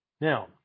Now